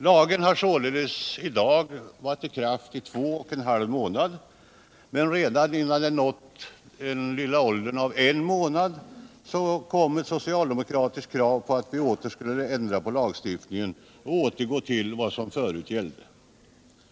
Lagen har således i dag varit i kraft 2 1/2 månad, men redan innan den nått den ringa åldern av 1 månad kom ett socialdemokratiskt krav på att vi skulle ändra lagstiftningen och återgå till vad som förut gällde.